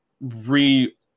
re